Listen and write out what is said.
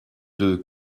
deux